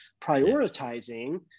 prioritizing